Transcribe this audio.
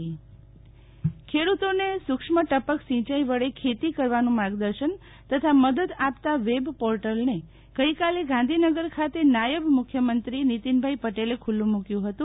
શીતલ વૈશ્નવ સુક્ષ્મ ટપક સિંચાઈ ખેડૂતોને સુક્ષ્મ ટપક સિંચાઈ વડે ખેતી કરવાનું માર્ગદર્શન તથા મદદ આપતા વેબપોર્ટલને ગાંધીનગર ખાતે નાયબ મુખ્યમંત્રી નિતિનભાઈ પટેલે ખૂલ્લું મૂક્યું હતું